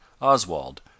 Oswald